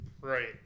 Right